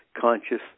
conscious